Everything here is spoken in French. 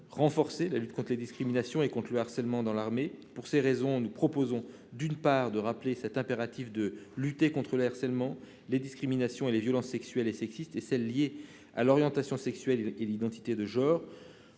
renforcer la lutte contre les discriminations et le harcèlement dans l'armée. C'est la raison pour laquelle, nous proposons, d'une part, de rappeler cet impératif de lutte contre le harcèlement, les discriminations et les violences sexuelles et sexistes, ainsi que celles qui sont liées à l'orientation sexuelle et l'identité de genre